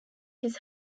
his